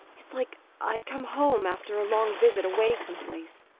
it's like i'd come home after a long visit away some place.